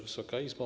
Wysoka Izbo!